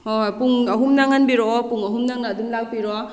ꯍꯣꯏ ꯍꯣꯏ ꯄꯨꯡ ꯑꯍꯨꯝ ꯅꯪꯍꯟꯕꯤꯔꯛꯑꯣ ꯄꯨꯡ ꯑꯍꯨꯝ ꯅꯪꯅꯕ ꯑꯗꯨꯝ ꯂꯥꯛꯄꯤꯔꯣ